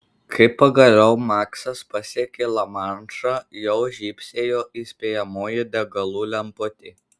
kai pagaliau maksas pasiekė lamanšą jau žybsėjo įspėjamoji degalų lemputė